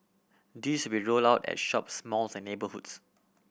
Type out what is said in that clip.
these be rolled out at shops malls and neighbourhoods